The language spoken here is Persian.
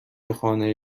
خانه